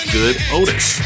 Good-Otis